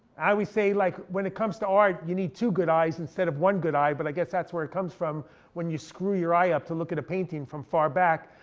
i always say like when it comes to art, you need two good eyes instead of one good eye. but i guess that's where it comes from when you screw your eye up to look at a painting from far back.